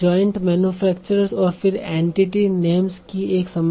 giant manufacture और फिर entity names की एक समस्या है